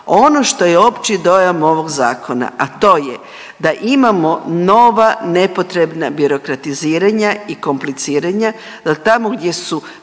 ono što je opći dojam ovog zakona, a to je da imamo nova nepotrebna birokratiziranja i kompliciranja, da tamo gdje su